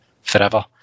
forever